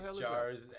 jars